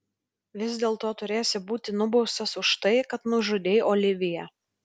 vis dėlto turėsi būti nubaustas už tai kad nužudei oliviją